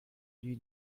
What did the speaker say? lui